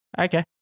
Okay